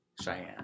Cheyenne